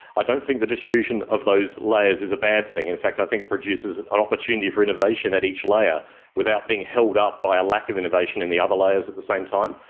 i don't think the distribution of those layers is a bad thing, in fact i think it produces an opportunity for innovation at each layer without being held up by a lack of innovation in the other layers at the same time.